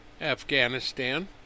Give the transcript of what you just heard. Afghanistan